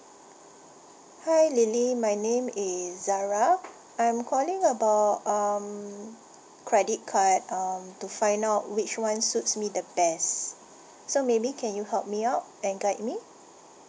hi lily my name is zara I'm calling about um credit card um to find out which one suits me the best so maybe can you help me out and guide me